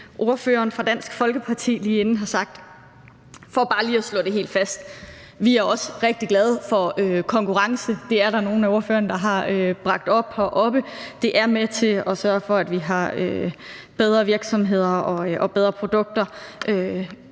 ordføreren for Dansk Folkeparti lige forinden har sagt. For bare lige at slå det helt fast: Vi er også rigtig glade for konkurrence. Det er der nogle af ordførerne der har bragt op heroppe. Det er med til at sørge for, at vi får bedre virksomheder og bedre produkter